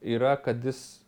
yra kad jis